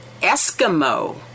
Eskimo